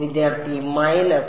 വിദ്യാർത്ഥി മൈനസ്